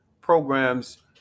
programs